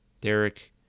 Derek